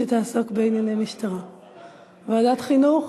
ועדת החינוך.